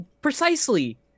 Precisely